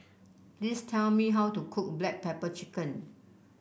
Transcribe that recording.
please tell me how to cook Black Pepper Chicken